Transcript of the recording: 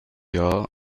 jahr